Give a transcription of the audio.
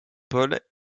paul